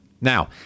Now